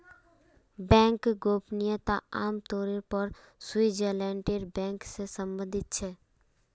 bank गोपनीयता आम तौर पर स्विटज़रलैंडेर बैंक से सम्बंधित छे